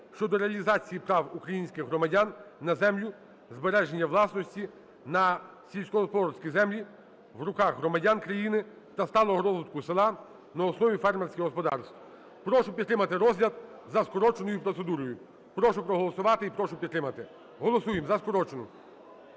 щодо реалізації прав українських громадян на землю, збереження власності на сільськогосподарські землі в руках громадян України та сталого розвитку села на основі фермерських господарств. Прошу підтримати розгляд за скороченою процедурою. Прошу проголосувати і прошу підтримати. Голосуємо за скорочену.